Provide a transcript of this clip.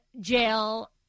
jail